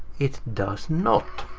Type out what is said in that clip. it does not!